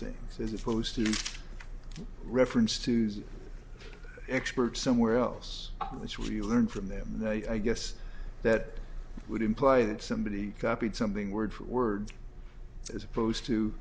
things as opposed to a reference to expert somewhere else which we learn from them i guess that would imply that somebody copied something word for word as opposed to